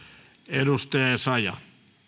arvoisa